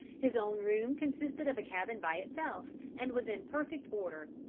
his own room consisted of a cabin by itself, and was in perfect order.